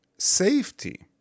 Safety